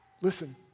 Listen